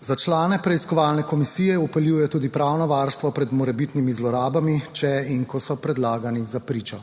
Za člane preiskovalne komisije vpeljuje tudi pravno varstvo pred morebitnimi zlorabami, če in ko so predlagani za pričo.